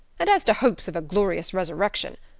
and, as to hopes of a glorious resurrection,